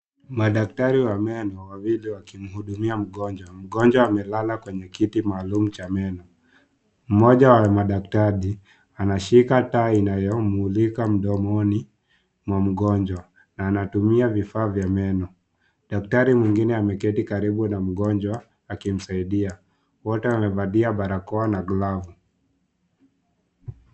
Madaktari wa meno wawili wakimhudumia mgonjwa. Mgonjwa amelala kwenye kiti maalum cha meno. Mmoja wa madaktari anashika taa inayomulika mdomoni mwa mgonjwa na anatumia vifaa vya meno. Daktari mwingine ameketi karibu na mgonjwa akimsaidia. Wote wamevalia barakoa na glavu.